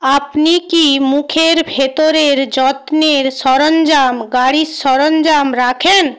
আপনি কি মুখের ভেতরের যত্নের সরঞ্জাম গাড়ির সরঞ্জাম রাখেন